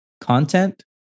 content